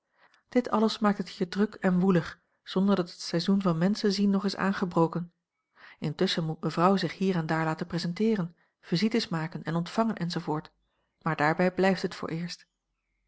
dit alles maakt het hier druk en woelig zonder dat het seizoen van menschen zien nog is aangebroken intusschen moet mevrouw zich hier en daar laten presenteeren visites maken en ontvangen enz maar daarbij blijft het